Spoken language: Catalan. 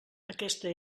aquesta